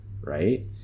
right